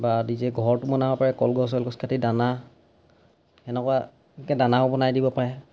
বা নিজে ঘৰটো বনাব পাৰে কলগছ চলগছ কাটি দানা তেনেকুৱা দানাও বনাই দিব পাৰে